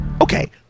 Okay